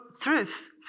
truth